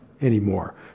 anymore